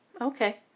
Okay